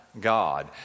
God